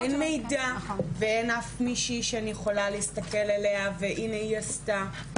אין מידע ואין אף מישהי שאני יכולה להסתכל עליה שהיא עשתה,